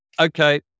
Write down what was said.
okay